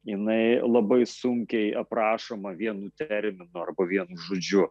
jinai labai sunkiai aprašoma vienu terminu arba vienu žodžiu